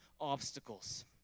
obstacles